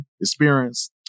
experience